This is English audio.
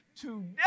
today